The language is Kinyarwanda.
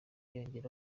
yongeye